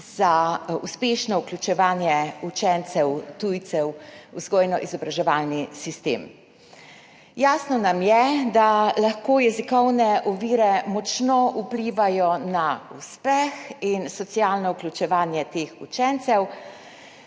za uspešno vključevanje učencev tujcev v vzgojno-izobraževalni sistem. Jasno nam je, da lahko jezikovne ovire močno vplivajo na uspeh in socialno vključevanje teh učencev.